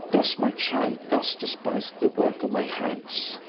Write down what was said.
does my child thus despise the work of my hands?